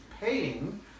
paying